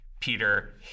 Peter